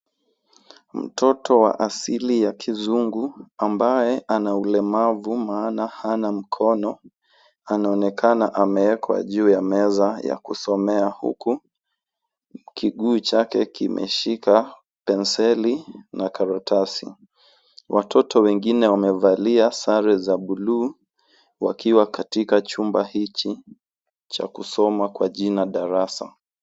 Mtoto wa asili ya kizungu ambaye ana ulemavu maana hana mkono, anaonekana ameekwa. juu ya meza ya kusomea huku kiguu chake kimeshika penseli na karatasi. Watoto wengine wamevalia sare za buluu wakiwa katika chumba hichi cha kusoma kwa jina darasa.